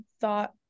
thought